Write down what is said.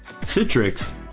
Citrix